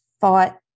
thought